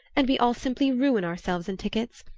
and we all simply ruin ourselves in tickets.